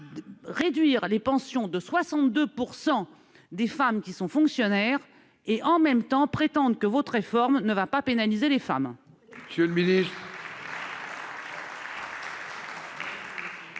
réduire les pensions des femmes fonctionnaires et, dans le même temps, prétendre que votre réforme ne va pas pénaliser les femmes